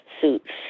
suits